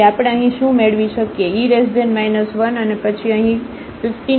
તેથી આપણે અહીં શું મેળવી શકીએ e 1 અને પછી અહીં 154